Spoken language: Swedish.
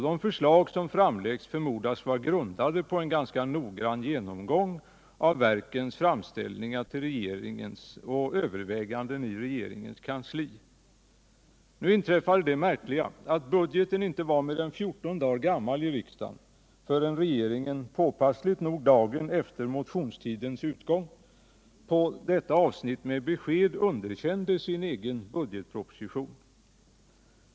De förslag som framläggs förmodas vara grundade på en ganska noggrann genomgång av verkens framställningar till regeringen och överväganden i regeringens kansli. Nu inträffade det märkliga att budgeten inte var mer än fjorton dagar gammal i riksdagen förrän regeringen — påpassligt nog dagen efter motionstidens utgång — på detta avsnitt med besked underkände sin egen budgetproposition.